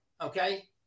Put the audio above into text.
okay